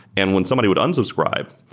and when somebody would unsubscribe,